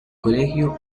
colegio